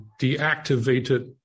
deactivated